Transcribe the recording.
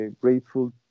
grateful